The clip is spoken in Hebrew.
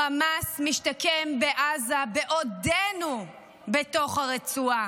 חמאס משתקם בעזה בעודנו בתוך הרצועה.